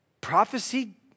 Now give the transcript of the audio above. prophecy